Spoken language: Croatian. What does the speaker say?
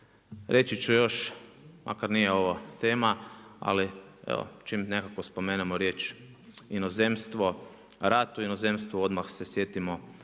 Reći ću još, makar nije ovo tema, ali, evo čim nekako spomenemo riječ inozemstvo, rad u inozemstvu, odmah se sjetimo,